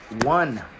One